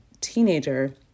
teenager